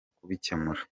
kubikemura